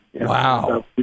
Wow